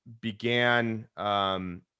began